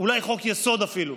אולי חוק-יסוד אפילו,